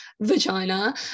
vagina